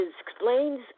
explains